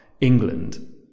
england